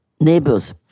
neighbors